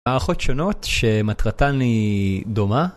הערכות שונות שמטרתן היא דומה.